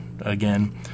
again